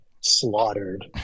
slaughtered